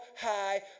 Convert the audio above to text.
High